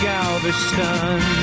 Galveston